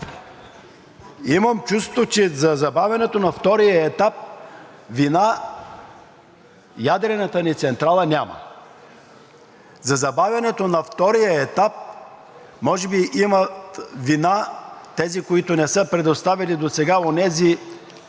Имам чувството, че за забавянето му вина ядрената ни централа няма. За забавянето на втория етап може би имат вина тези, които не са предоставили досега онези